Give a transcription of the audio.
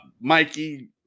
Mikey